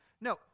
No